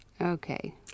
Okay